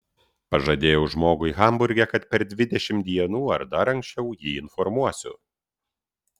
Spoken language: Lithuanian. pažadėjau žmogui hamburge kad per dvidešimt dienų ar dar anksčiau jį informuosiu